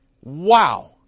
wow